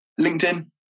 LinkedIn